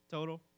Total